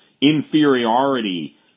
inferiority